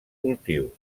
cultiu